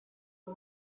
سرچ